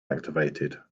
activated